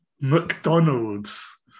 McDonald's